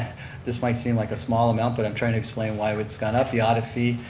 this might seem like a small amount, but i'm trying to explain why it's gone up. the audit fee,